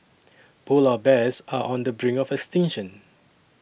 Polar Bears are on the brink of extinction